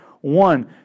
One